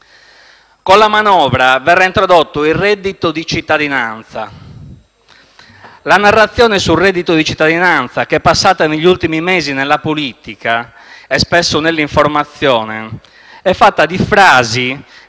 Con la manovra verrà introdotto il reddito di cittadinanza. La narrazione sul reddito di cittadinanza che è passata negli ultimi mesi nella politica e, spesso, nell'informazione è fatta di frasi